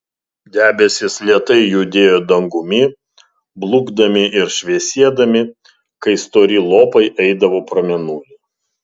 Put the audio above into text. debesys lėtai judėjo dangumi blukdami ir šviesėdami kai stori lopai eidavo pro mėnulį